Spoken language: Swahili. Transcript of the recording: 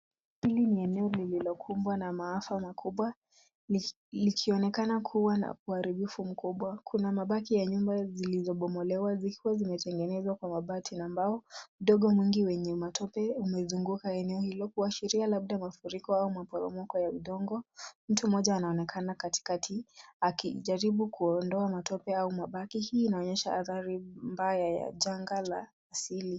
Hili ni eneo lililo kumbwa na maafa makubwa. Likionekana kuwa na uharibifu mkubwa. Kuna mabaki ya nyumba zilizo bomolewa zikiwa zimetengenezwa kwa mabati na mbao, udongo mwingi mwenye matope umezunguka eneo hilo kuashiria labda mafuriko ama maporomoko ya udongo. Mtu mmoja anonekana katikati akijariibu kuondoa matope au mabaki, hii inaonyesha athari mbaya ya janga la asili.